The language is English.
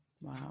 Wow